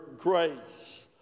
grace